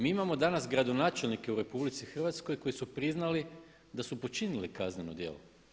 Mi imamo danas gradonačelnike u RH koji su priznali da su počinili kazneno djelo.